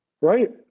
right